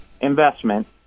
investment